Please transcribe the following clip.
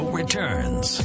returns